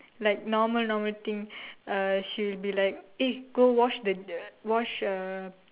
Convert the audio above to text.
like normal normal thing uh she will be like eh go wash the the wash the